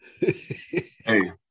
Hey